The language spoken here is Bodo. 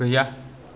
गैया